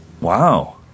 Wow